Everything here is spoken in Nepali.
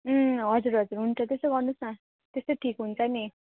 हजुर हजुर हुन्छ त्यसै गर्नुहोस् न त्यस्तै ठिक हुन्छ नि